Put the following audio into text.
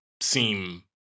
seem